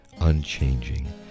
unchanging